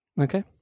Okay